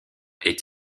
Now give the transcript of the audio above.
est